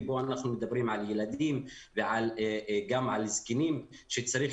פה אנחנו מדברים על ילדים וגם על זקנים שצריך